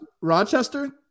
Rochester